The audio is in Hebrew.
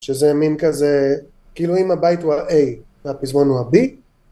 שזה מין כזה כאילו אם הבית הוא ה-a והפזמון הוא ה-b